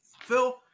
Phil